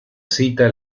cita